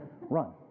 Run